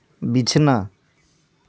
ᱵᱤᱪᱷᱱᱟᱹ